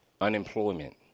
Unemployment